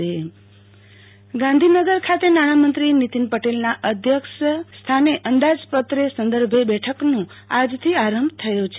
આરતી ભદ્દ નાણામંત્રી અંદાજ બેઠક ગાંધીનગર ખાતે નાણામંત્રી નીતિન પટેલના અધ્યક્ષસ્થાને અંદાજપત્ર સંદર્ભે બેઠક્રનું આજથી આરંભ થયો છે